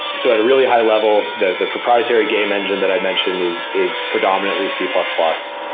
so at a really high-level, the the proprietary game engine that i mention is is predominantly c plus plus.